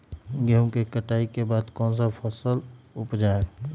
गेंहू के कटाई के बाद कौन सा फसल उप जाए?